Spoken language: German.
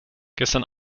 gestern